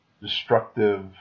destructive